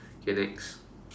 okay next